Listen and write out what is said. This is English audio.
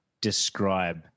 describe